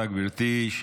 תודה, גברתי.